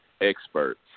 experts